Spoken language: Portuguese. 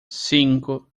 cinco